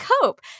cope